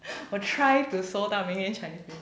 我 try to 收到明年 chinese new year